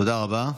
תודה רבה.